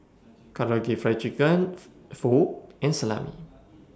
Karaage Fried Chicken Pho and Salami